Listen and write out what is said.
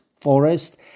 forest